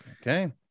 Okay